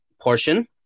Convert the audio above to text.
portion